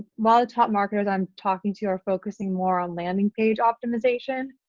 while the top marketers i'm talking to are focusing more on landing page optimisation,